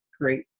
great